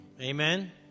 Amen